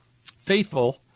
faithful